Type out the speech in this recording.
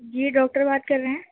جی doctor بات کر رہے ہیں